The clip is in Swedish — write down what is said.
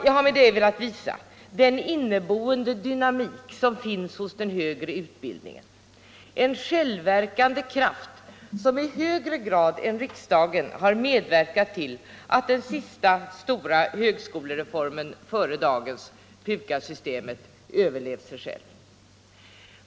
Jag har med det velat visa den inneboende dynamik som finns hos den högre utbildningen, den självverkande kraft som i högre grad än riksdagen har medverkat till att den sista stora högskolereformen före dagens, PUKAS-systemet, överlevt sig själv.